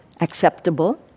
acceptable